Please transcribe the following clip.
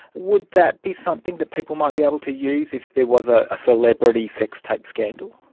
would that be something that people might be able to use if there was ah a celebrity sex tape scandal?